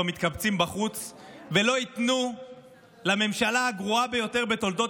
מתקבצים בחוץ ולא ייתנו לממשלה הגרועה ביותר בתולדות